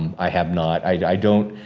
i have not, i don't,